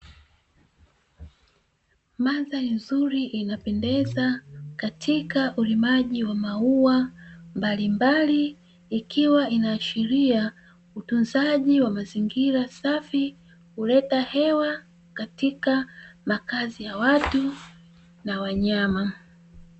Mandhari nzuri inapendeza katika ulimaji wa maua mbalimbali ikiwa inaashiria utunzaji wa mazingira safi, huleta hewa katika makazi ya watu na wanyama.